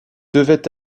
devaient